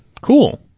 cool